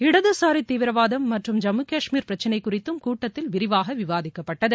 இடதுசாரி தீவிரவாதம் மற்றும் ஜம்மு காஷ்மீர் பிரச்சளை குறித்தும் கூட்டத்தில் விரிவாக விவாதிக்கப்பட்டது